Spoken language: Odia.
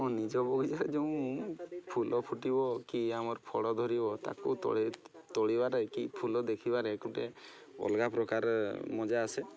ମୁଁ ନିଜ ବଗିଚାରେ ଯେଉଁ ଫୁଲ ଫୁଟିବ କି ଆମର ଫଳ ଧରିବ ତାକୁ ତୋଳ ତୋଳିବାରେ କି ଫୁଲ ଦେଖିବାରେ ଗୋଟେ ଅଲଗା ପ୍ରକାର ମଜା ଆସେ